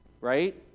right